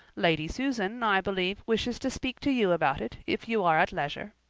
lady susan, i believe, wishes to speak to you about it, if you are at leisure.